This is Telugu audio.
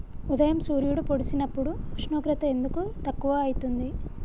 ఉదయం సూర్యుడు పొడిసినప్పుడు ఉష్ణోగ్రత ఎందుకు తక్కువ ఐతుంది?